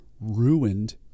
ruined